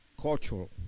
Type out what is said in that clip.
Cultural